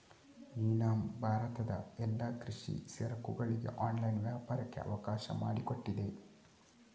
E NAM ಭಾರತದ ಎಲ್ಲಾ ಕೃಷಿ ಸರಕುಗಳಿಗೆ ಆನ್ಲೈನ್ ವ್ಯಾಪಾರಕ್ಕೆ ಅವಕಾಶ ಮಾಡಿಕೊಟ್ಟಿದೆ